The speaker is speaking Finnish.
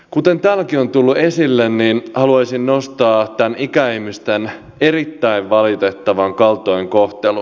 kuten täälläkin on tullut esille niin haluaisin nostaa tämän ikäihmisten erittäin valitettavan kaltoinkohtelun